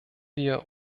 wir